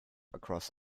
across